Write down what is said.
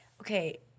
okay